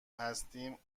هستیم